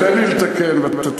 תן לי לתקן, ואתה תסכים.